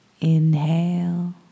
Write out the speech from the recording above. Inhale